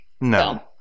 No